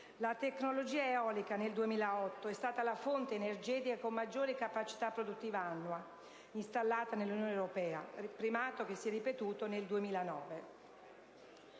La tecnologia eolica, nel 2008, è stata la fonte energetica con maggiore capacità produttiva annua, installata nell'Unione europea; primato che si è ripetuto nel 2009.